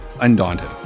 Undaunted